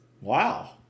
Wow